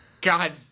god